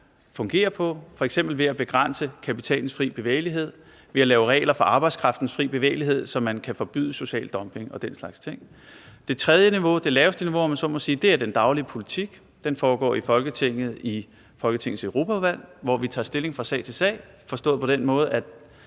fungerer på, f.eks. ved at begrænse kapitalens frie bevægelighed, ved at lave regler for arbejdskraftens fri bevægelighed, så man kan forbyde social dumping og den slags ting. Det tredje niveau, det laveste niveau, om man så må sige, er den daglige politik. Den foregår i Folketinget, i Folketingets Europaudvalg, hvor vi tager stilling fra sag til sag, forstået på den måde, at